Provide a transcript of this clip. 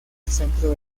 centro